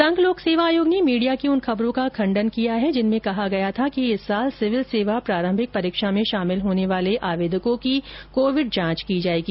संघ लोक सेवा आयोग ने मीडिया की उन खबरों का खंडन किया है जिनमें कहा गया था कि इस वर्ष सिविल सेवा प्रारंभिक परीक्षा में शामिल होने वाले आवेदकों की कोविड की जांच की जाएगी